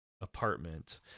apartment